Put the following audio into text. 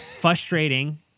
Frustrating